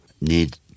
need